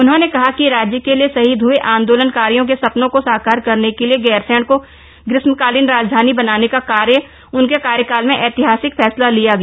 उन्होंने कहा कि राज्य के लिए शहीद हए आंदोलनकारियों के सपनों को साकार करने के लिए गैरसैंण को ग्रीष्मकालीन राजधानी बनाने का उनके कार्यकाल में ऐतिहासिक फैसला लिया गया